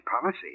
policy